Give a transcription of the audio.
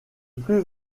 plus